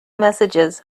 messages